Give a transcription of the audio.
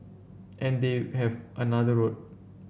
and they have another road